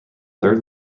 third